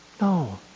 No